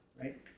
right